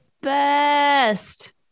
best